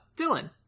Dylan